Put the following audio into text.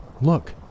Look